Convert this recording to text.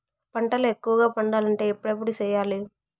పంటల ఎక్కువగా పండాలంటే ఎప్పుడెప్పుడు సేయాలి?